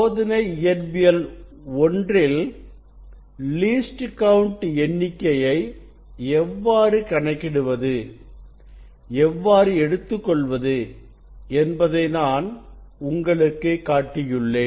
சோதனை இயற்பியல் I - ல் least count எண்ணிக்கையை எவ்வாறு கணக்கிடுவது எவ்வாறு எடுத்துக்கொள்வது என்பதை நான் உங்களுக்குக் காட்டியுள்ளேன்